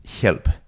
help